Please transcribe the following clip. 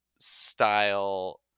style